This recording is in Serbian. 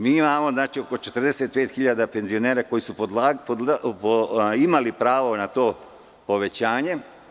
Mi imamo oko 45 hiljada penzionera koji su imali pravo na to povećanje.